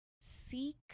seek